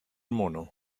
mono